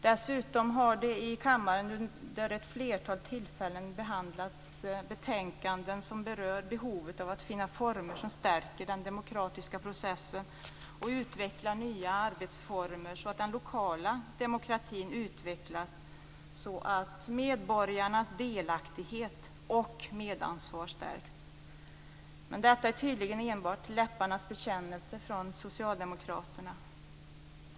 Dessutom har det i kammaren under ett flertal tillfällen behandlats betänkanden som berör behovet av att finna former som stärker den demokratiska processen och utvecklar nya arbetsformer, så att den lokala demokratin utvecklas och medborgarnas delaktighet och medansvar stärks. Men detta är tydligen enbart läpparnas bekännelse från socialdemokraterna.